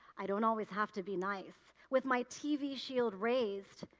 i don't always have to be nice. with my tv shield raised,